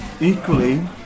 equally